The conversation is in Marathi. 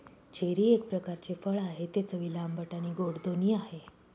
चेरी एक प्रकारचे फळ आहे, ते चवीला आंबट आणि गोड दोन्ही आहे